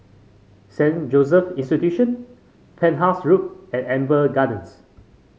Saint Joseph Institution Penhas Road and Amber Gardens